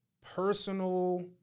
personal